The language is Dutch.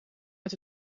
uit